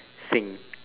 thing